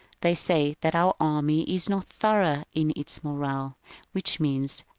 they say that our army is not thorough in its morale which means,